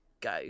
go